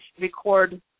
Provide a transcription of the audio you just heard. record